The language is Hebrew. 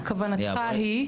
כוונתך היא?